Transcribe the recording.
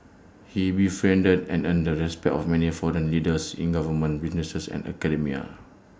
he befriended and earned the respect of many foreign leaders in government business and academia